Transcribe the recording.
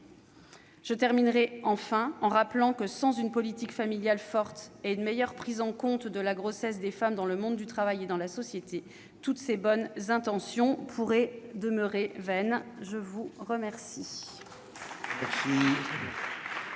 Je terminerai en rappelant que, sans une politique familiale volontaire et une meilleure prise en compte de la grossesse des femmes dans le monde du travail et dans la société, toutes ces bonnes intentions pourraient demeurer vaines. La parole